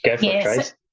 yes